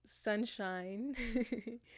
sunshine